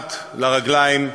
מתחת לרגליים שלנו,